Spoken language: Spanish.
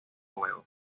huevo